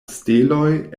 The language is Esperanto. steloj